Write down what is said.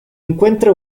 encuentra